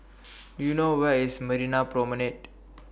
Do YOU know Where IS Marina Promenade